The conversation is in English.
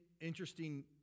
interesting